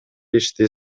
ишти